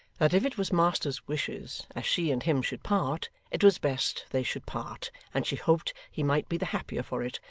that if it was master's wishes as she and him should part, it was best they should part, and she hoped he might be the happier for it,